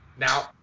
Now